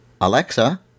Alexa